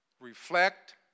reflect